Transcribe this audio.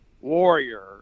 warrior